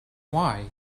why